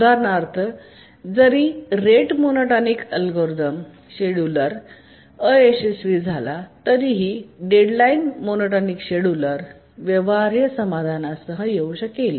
उदाहरणार्थ जरी rate monotonic scheduler अयशस्वी झाला तरीही डेडलाइन मोनोटोनिक शेड्यूलर व्यवहार्य समाधानासह येऊ शकेल